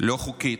לא חוקית,